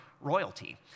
royalty